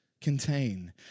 contain